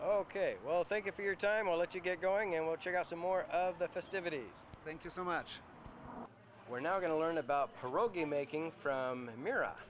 ok well thank you for your time i'll let you get going and watching out some more of the festivities thank you so much we're now going to learn about paroquet making from mira